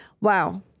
wow